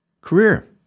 career